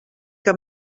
que